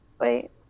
Wait